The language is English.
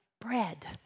bread